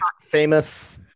Famous